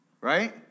right